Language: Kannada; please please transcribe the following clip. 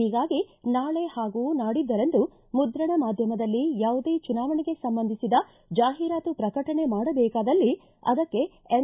ಹೀಗಾಗಿ ನಾಳೆ ಹಾಗೂ ನಾಡಿದ್ದರಂದು ಮುದ್ರಣ ಮಾಧ್ಯಮದಲ್ಲಿ ಯಾವುದೇ ಚುನಾವಣೆಗೆ ಸಂಬಂಧಿಸಿದ ಜಾಹೀರಾತು ಪ್ರಕಟಣೆ ಮಾಡಬೇಕಾದಲ್ಲಿ ಅದಕ್ಕೆ ಎಂ